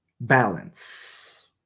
balance